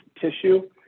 tissue